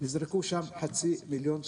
נזרקו שם חצי מיליון שקלים.